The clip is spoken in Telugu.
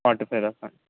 forty five